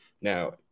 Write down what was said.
Now